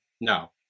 No